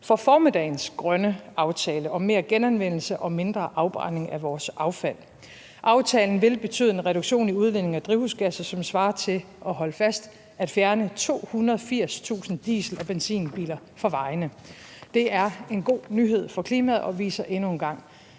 for formiddagens grønne aftale om mere genanvendelse og mindre afbrænding af vores affald. Aftalen vil betyde en reduktion i udledningen af drivhusgasser, der svarer til – og hold fast – at fjerne 280.000 diesel- og benzinbiler fra vejene. Det er en god nyhed for klimaet og viser endnu en gang